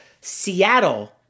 Seattle